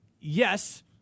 yes